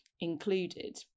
included